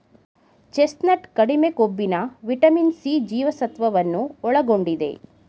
chestnut ಕಡಿಮೆ ಕೊಬ್ಬಿನ vitamin C ಜೀವಸತ್ವವನ್ನು ಒಳಗೊಂಡಿದೆ